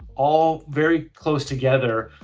all very close together,